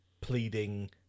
pleading